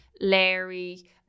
Larry